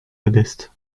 modestes